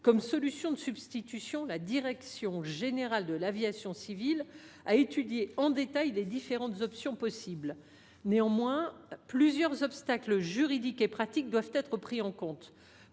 comme solution de substitution. La direction générale de l’aviation civile (DGAC) a étudié en détail les différentes options qui s’offrent à nous. À cet égard, plusieurs obstacles juridiques et pratiques doivent être pris en compte.